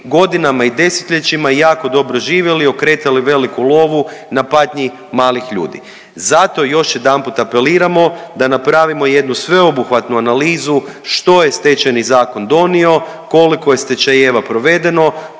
godinama i desetljećima jako dobro živjeli, okretali veliku lovu na patnji malih ljudi. Zato još jedanput apeliramo da napravimo jednu sveobuhvatnu analizu što je Stečajni zakon donio, koliko je stečajeva provedeno,